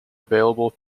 available